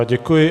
Děkuji.